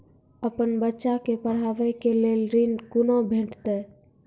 अपन बच्चा के पढाबै के लेल ऋण कुना भेंटते?